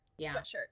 sweatshirt